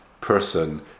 person